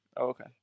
Okay